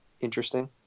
interesting